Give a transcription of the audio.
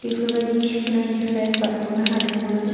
बेफोरबायदि थिफुनायनिफ्राय बारगनो हादोंमोन